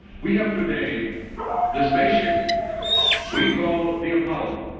we have today the spaceship we call the apollo.